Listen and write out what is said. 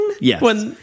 Yes